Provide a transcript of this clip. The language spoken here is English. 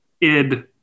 id